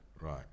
Right